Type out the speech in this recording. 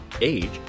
age